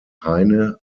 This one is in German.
heine